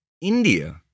India